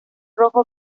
rojo